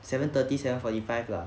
seven thirty seven forty five lah